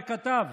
וכתב: